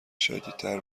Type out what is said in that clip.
شدیدتر